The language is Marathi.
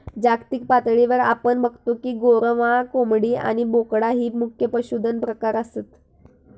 जागतिक पातळीवर आपण बगतो की गोरवां, कोंबडी आणि बोकडा ही मुख्य पशुधन प्रकार आसत